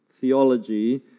theology